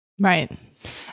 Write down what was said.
right